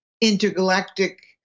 intergalactic